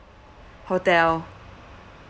hotel